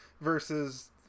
versus